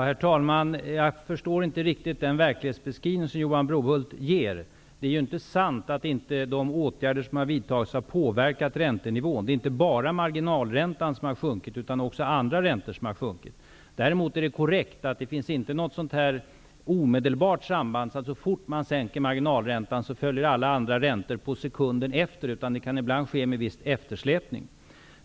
Herr talman! Jag förstår inte riktigt den verklighetsbeskrivning som Johan Brohult ger. Det är inte sant att de åtgärder som vidtagits inte har påverkat räntenivån. Det är inte bara marginalräntan som sjunkit, utan även andra räntor har sjunkit. Däremot är det korrekt att det inte finns något omedelbart samband så att så fort marginalräntan sänkts följer alla andra räntor efter. Det kan bli en viss eftersläpning.